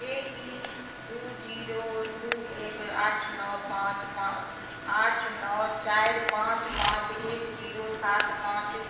केई दू जीरो दू एक आठ नओ पाँच पाँच आठ नओ चारि पाँच पाँच एक जीरो सात पाँच